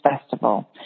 festival